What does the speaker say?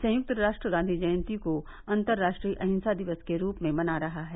संयुक्त राष्ट्र गांधी जयंती को अंतरराष्ट्रीय अहिंसा दिवस के रूप में मना रहा है